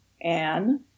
Anne